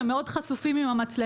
הם מאוד חשופים עם המצלמה.